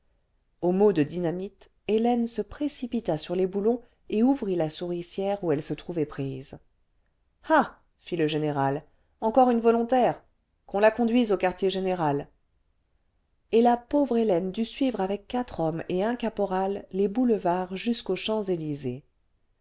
au mot cle dynamite hélène se précipita sur les boulons et ouvrit la souricière où elle se trouvait prise ah fit le général encore une volontaire qu'on la conduise au quartier général et la pauvre hélène dut suivre avec quatre hommes et un caporal les boulevards jusqu'aux champs-elysées